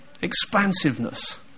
expansiveness